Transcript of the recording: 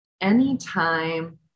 anytime